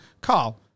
Carl